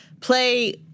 play